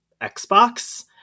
Xbox